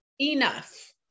enough